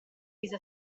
mise